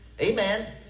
Amen